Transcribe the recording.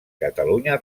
catalunya